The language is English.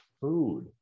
food